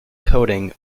coating